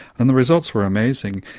and the results were amazing.